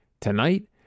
Tonight